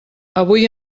avui